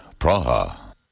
Praha